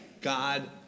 God